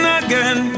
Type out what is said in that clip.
again